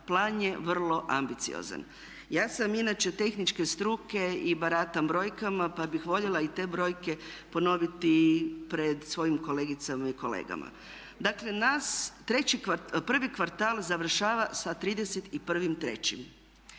plan je vrlo ambiciozan. Ja sam inače tehničke struke i baratam brojkama pa bih voljela i te brojke ponoviti pred svojim kolegicama i kolegama. Dakle naš prvi kvartal završava sa 31.3.,